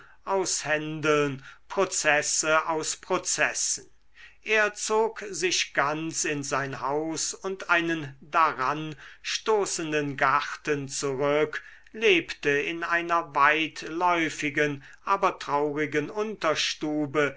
aus händeln prozesse aus prozessen er zog sich ganz in sein haus und einen daranstoßenden garten zurück lebte in einer weitläufigen aber traurigen unterstube